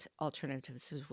alternatives